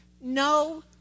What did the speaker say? No